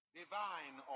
divine